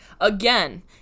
Again